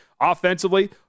offensively